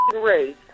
race